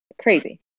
Crazy